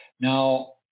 Now